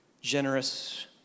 generous